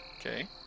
Okay